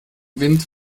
wind